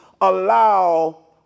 allow